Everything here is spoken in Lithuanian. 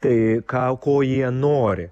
tai ką ko jie nori